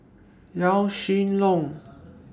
Yaw Shin Leong